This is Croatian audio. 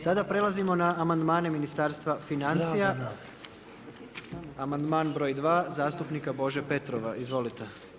Sada prelazimo na amandmane Ministarstva financija, amandman broj zastupnika Bože Petrova, izvolite.